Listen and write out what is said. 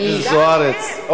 חברת הכנסת זוארץ.